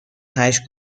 هشت